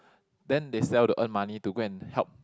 then they sell to earn money to go and help